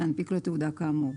להנפיק לו תעודה כאמור.